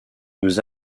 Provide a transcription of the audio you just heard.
nous